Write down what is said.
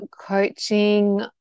coaching